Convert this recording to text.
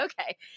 Okay